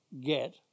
get